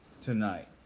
tonight